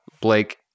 Blake